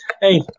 hey